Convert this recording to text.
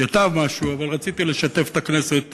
ייטב משהו, אבל רציתי לשתף את הכנסת